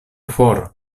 for